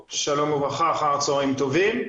שלום וברכה, אחר צהריים טובים,